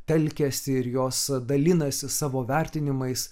telkiasi ir jos dalinasi savo vertinimais